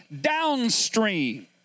downstream